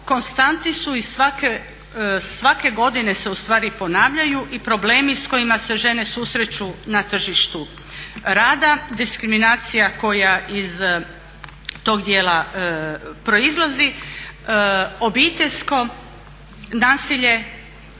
konstanti su i svake godine se ustvari ponavljaju i problemi s kojima se žene susreću na tržištu rada, diskriminacija koja iz tog dijela proizlazi, obiteljsko nasilje